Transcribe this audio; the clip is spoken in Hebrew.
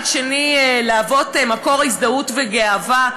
להוות בית שני ומקור הזדהות וגאווה.